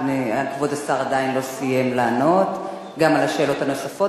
כבוד השר עדיין לא סיים לענות גם על השאלות הנוספות.